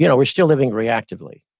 you know we're still living reactively,